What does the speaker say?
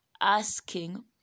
asking